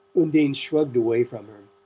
undine shrugged away from her.